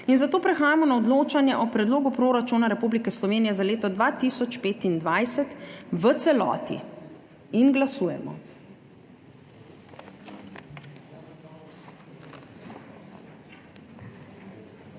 Zato prehajamo na odločanje o predlogu proračuna Republike Slovenije za leto 2025 v celoti. Glasujemo.